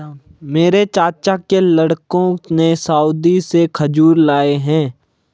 मेरे चाचा के लड़कों ने सऊदी से खजूर लाए हैं